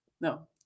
No